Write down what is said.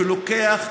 וגורם,